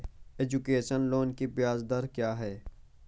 Education loan की ब्याज दर क्या है?